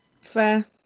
Fair